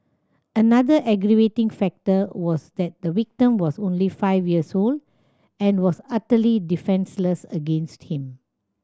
another aggravating factor was that the victim was only five years old and was utterly defenceless against him